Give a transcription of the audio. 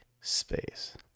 space